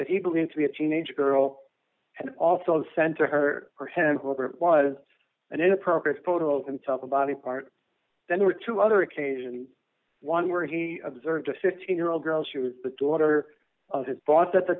that he believed to be a teenage girl and also sent to her for him whether it was an inappropriate photos and tell the body part then there were two other occasions one where he observed a fifteen year old girl she was the daughter of his boss at the